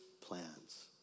plans